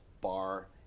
bar